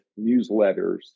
newsletters